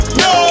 no